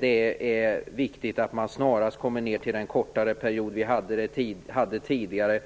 Det är viktigt att man snarast kommer tillbaka till den kortare period som gällde tidigare.